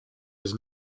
his